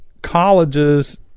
colleges